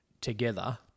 together